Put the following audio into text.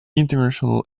international